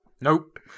Nope